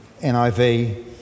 NIV